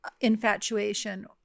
infatuation